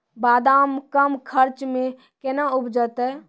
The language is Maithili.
बादाम कम खर्च मे कैना उपजते?